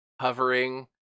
hovering